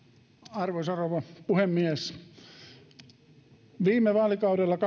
arvoisa rouva puhemies viime vaalikaudella